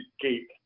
gate